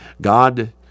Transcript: God